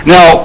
Now